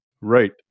Right